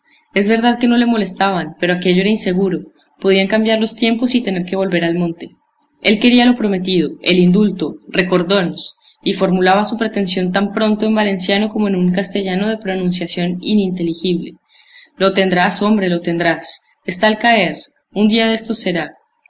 es verdad que no le molestaban pero aquello era inseguro podían cambiar los tiempos y tener que volver al monte él quería lo prometido el indulto recordóns y formulaba su pretensión tan pronto en valenciano como en un castellano de pronunciación ininteligible lo tendrás hombre lo tendrás está al caer un día de estos será